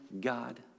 God